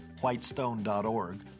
whitestone.org